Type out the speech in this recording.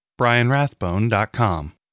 brianrathbone.com